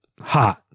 hot